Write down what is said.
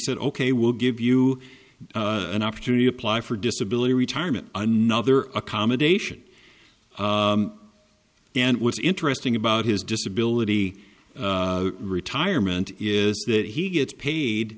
said ok we'll give you an opportunity to apply for disability retirement another accommodation and what's interesting about his disability retirement is that he gets paid